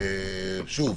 שוב,